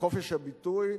בחופש הביטוי,